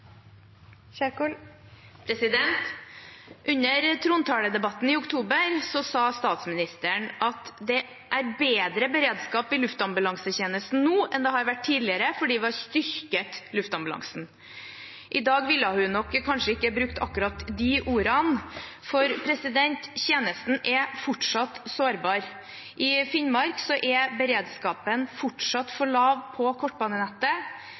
Under trontaledebatten i oktober sa statsministeren at det er «bedre beredskap i luftambulansetjenesten nå enn det var tidligere, fordi vi har styrket luftambulansen». I dag ville hun nok kanskje ikke ha brukt akkurat de ordene, for tjenesten er fortsatt sårbar. I Finnmark er beredskapen fortsatt for lav på kortbanenettet.